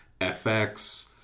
FX